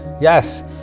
Yes